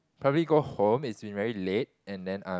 probably go home it's been very late and then um